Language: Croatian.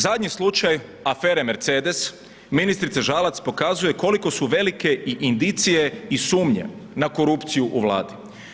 Zadnji slučaj afere Mercedes ministrice Žalac pokazuje koliko su velike i indicije i sumnje na korupciju u Vladi.